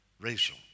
racial